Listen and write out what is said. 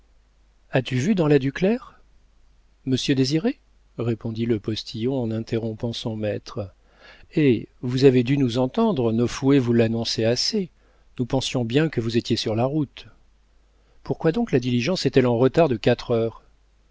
as-tu vu dans la ducler monsieur désiré répondit le postillon en interrompant son maître eh vous avez dû nous entendre nos fouets vous l'annonçaient assez nous pensions bien que vous étiez sur la route pourquoi donc la diligence est-elle en retard de quatre heures